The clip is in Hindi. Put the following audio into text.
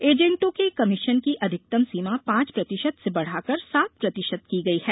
एजेंटों के कमीशन की अधिकतम सीमा पांच प्रतिशत से बढ़ाकर सात प्रतिशत की गई है